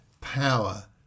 power